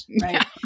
right